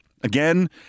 again